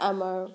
আমাৰ